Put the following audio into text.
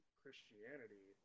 christianity